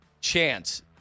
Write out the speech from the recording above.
chance